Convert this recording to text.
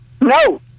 No